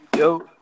Yo